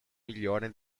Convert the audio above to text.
milione